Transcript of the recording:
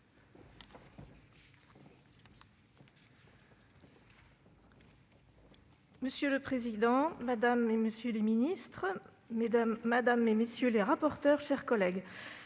Monsieur le président, madame, monsieur les ministres, mesdames, messieurs les rapporteurs, mes chers collègues,